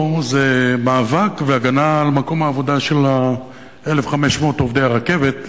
היא מאבק והגנה על מקום העבודה של 1,500 עובדי הרכבת,